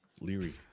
Leary